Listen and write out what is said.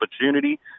opportunity